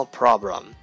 problem